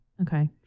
Okay